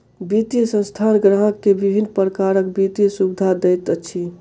वित्तीय संस्थान ग्राहक के विभिन्न प्रकारक वित्तीय सुविधा दैत अछि